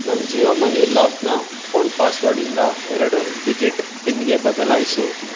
ನನ್ನ ಜಿಯೋ ಮನಿ ಲಾಕನ್ನ ಫೋನ್ ಪಾಸ್ವರ್ಡಿಂದ ಎರಡು ಡಿಜಿಟ್ ಪಿನ್ಗೆ ಬದಲಾಯಿಸು